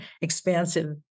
expansive